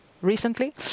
recently